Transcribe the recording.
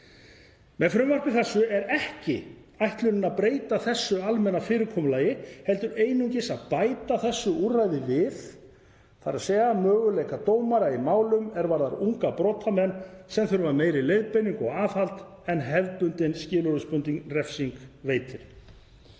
Með frumvarpi þessu er ekki ætlunin að breyta þessu almenna fyrirkomulagi heldur einungis að bæta þessu úrræði við möguleika dómara í málum er varða unga brotamenn sem þurfa meiri leiðbeiningu og aðhald en hefðbundin skilorðsbundin refsing veitir.